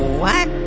what